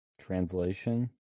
Translation